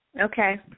Okay